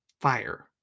fire